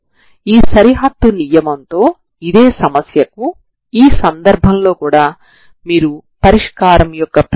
non homogeneous సమీకరణాన్ని ఈ విధంగా పరిష్కరిస్తారు సరేనా